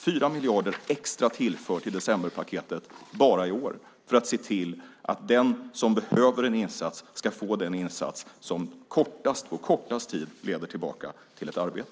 4 miljarder extra är tillfört i decemberpaketet bara för i år för att se till att den som behöver en insats ska få den insats som på kortast tid leder tillbaka till ett arbete.